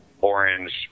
orange